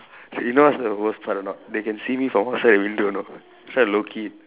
you know what's the worst part or not they can see me from outside the window you know so I low key